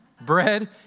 bread